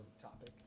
topic